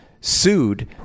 sued